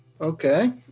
Okay